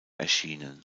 erschienen